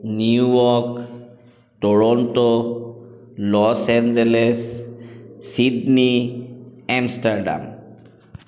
new York Toronto Los Angeles Sydney Amsterdam